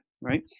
right